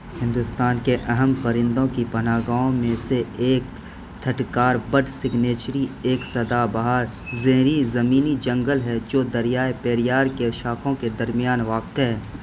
ہندوستان کے اہم پرندوں کی پناہ گاہوں میں سے ایک تھٹکار بڈ سکنیچری ایک سدا بہار زینی زمینی جنگل ہے جو دریائے پیریار کے شاخوں کے درمیان واقع ہے